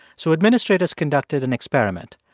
so administrators conducted an experiment.